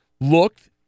looked